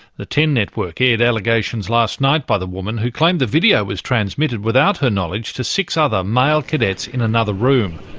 the ten network aired allegations last night by the woman who claimed the video was transmitted without her knowledge to six other male cadets in another room.